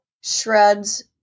shreds